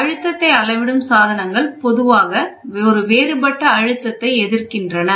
அழுத்தத்தை அளவிடும் சாதனங்கள் பொதுவாக ஒரு வேறுபட்ட அழுத்தத்தை எதிர்க்கின்றன